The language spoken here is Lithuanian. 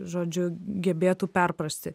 žodžiu gebėtų perprasti